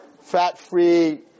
fat-free